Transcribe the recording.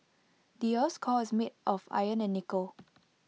the Earth's core is made of iron and nickel